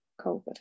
COVID